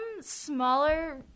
smaller